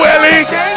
Ellie